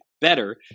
better